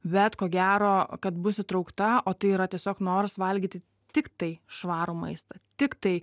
bet ko gero kad bus įtraukta o tai yra tiesiog noras valgyti tiktai švarų maistą tiktai